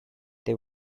they